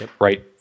right